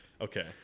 Okay